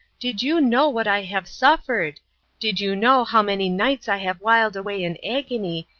did you know what i have suffered did you know how many nights i have whiled away in agony,